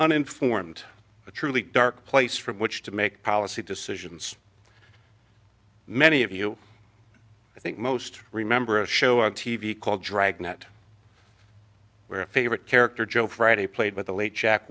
uninformed a truly dark place from which to make policy decisions many of you i think most remember a show on t v called dragnet where a favorite character joe friday played with the late jack